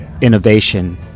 innovation